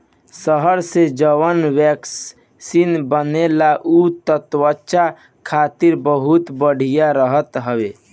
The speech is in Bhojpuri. शहद से जवन वैक्स बनेला उ त्वचा खातिर बहुते बढ़िया रहत हवे